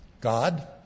God